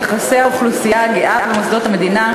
יחסי האוכלוסייה הגאה ומוסדות המדינה,